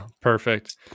Perfect